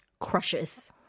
crushes